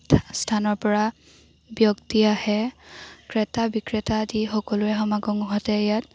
স্থানৰ পৰা ব্যক্তি আহে ক্ৰেতা বিক্ৰেতা আদি সকলোৰে সমাগম ঘটে ইয়াত